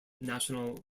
national